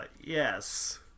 yes